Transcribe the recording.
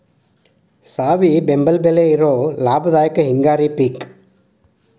ಸಾವಿ ಬೆಂಬಲ ಬೆಲೆ ಇರುವ ಲಾಭದಾಯಕ ಹಿಂಗಾರಿ ಪಿಕ್